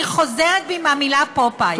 אני חוזרת בי מהמילה פופאי.